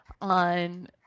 on